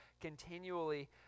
continually